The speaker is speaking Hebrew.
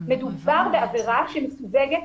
מדובר בעבירה שמסווגת